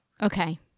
Okay